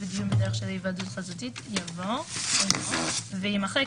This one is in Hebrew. בדיון בדרך של היוועדות חזותית" תבוא המילה "אינו" ויימחק